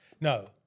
No